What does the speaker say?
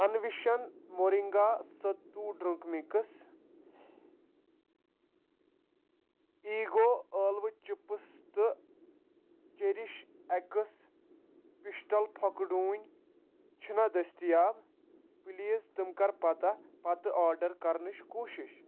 انوشن moringa sattu drink mix ایٖگو ٲلوٕ chips تہٕ چیٚرِش اٮ۪کس پیشٹٕل پھۄکہٕ ڈوٗنۍ چھِنہٕ دٔستِیاب پلیز تِم کر پتا پتہٕ آڈر کرنٕچ کوٗشش